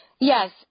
Yes